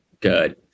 good